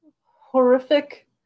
horrific